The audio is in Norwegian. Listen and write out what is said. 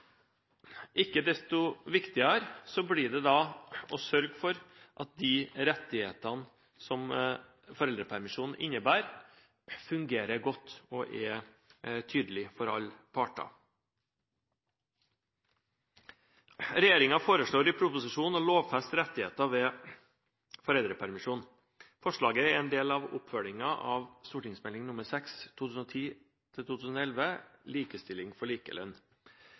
Ikke mindre viktig blir det å sørge for at de rettighetene som foreldrepermisjonen innebærer, fungerer godt og er tydelige for alle parter. Regjeringen foreslår i proposisjonen å lovfeste rettigheter ved foreldrepermisjon. Forslaget er en del av oppfølgingen av Meld. St. 6 for 2010–2011, Likestilling for likelønn.